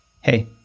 Hey